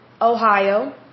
Ohio